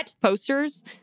posters